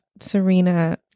Serena